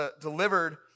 delivered